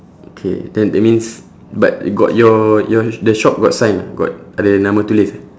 okay then that means but got your your the shop got sign ah got ada nama tulis eh